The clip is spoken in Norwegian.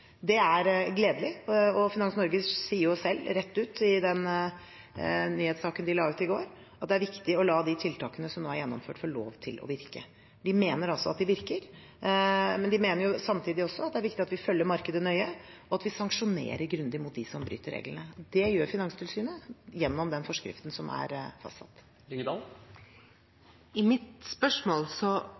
den nyhetssaken de la ut i går, at det er viktig å la de tiltakene som nå er gjennomført, få lov til å virke. De mener altså at de virker, men de mener samtidig at det er viktig at vi følger markedet nøye, og at vi sanksjonerer grundig mot dem som bryter reglene. Det gjør Finanstilsynet gjennom den forskriften som er fastsatt. I mitt spørsmål